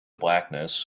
blackness